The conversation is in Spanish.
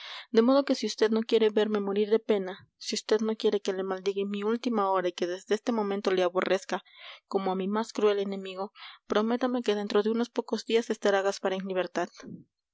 de modo que si vd no quiere verme morir de pena si vd no quiere que le maldiga en mi última hora y que desde este momento le aborrezca como a mi más cruel enemigo prométame que dentro de unos pocos días estará gaspar en libertad